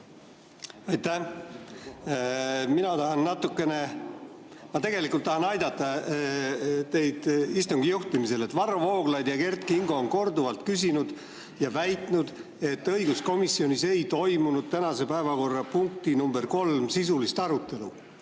Aitäh! Mina tahan tegelikult natukene aidata teid istungi juhtimisel. Varro Vooglaid ja Kert Kingo on korduvalt küsinud ja väitnud, et õiguskomisjonis ei toimunud tänase päevakorrapunkti nr 3 sisulist arutelu,